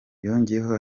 yongeyeho